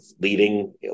leading